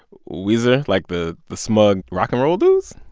weezer like the the smug rock n roll dudes?